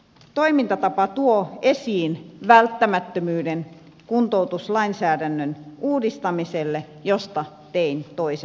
toimintatapa tuo esiin välttämättömyyden kuntoutuslainsäädännön uudistamiselle josta ei toisi